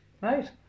right